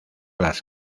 las